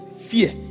fear